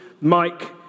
Mike